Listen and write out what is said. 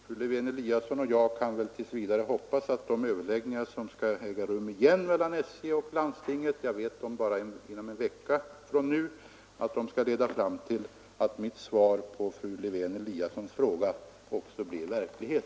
Fru Lewén-Eliasson och jag får tills vidare hoppas att de nya överläggningar som skall äga rum mellan SJ och landstinget inom en vecka leder fram till att det besked som jag lämnat i mitt svar på fru Lewén-Eliassons fråga också blir verklighet.